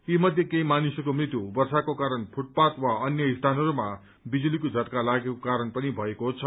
यीमध्ये केही मानिसहरूको मृत्यु वर्षाको कारण फुटपाथ वा अन्य स्थानहरूमा बिजुलीको झटका लागेको कारण पनि भएको हो